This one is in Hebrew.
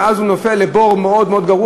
ואז הוא נופל לבור גרוע,